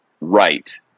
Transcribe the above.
right